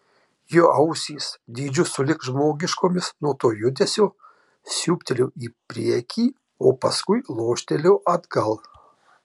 jo ausys dydžiu sulig žmogiškomis nuo to judesio siūbtelėjo į priekį o paskui loštelėjo atgal